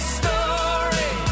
story